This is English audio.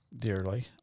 dearly